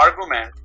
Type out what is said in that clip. argument